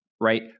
Right